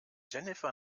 jennifer